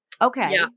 Okay